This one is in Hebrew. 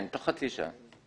כן, תוך חצי שעה.